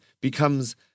becomes